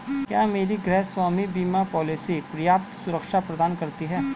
क्या मेरी गृहस्वामी बीमा पॉलिसी पर्याप्त सुरक्षा प्रदान करती है?